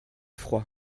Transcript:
froid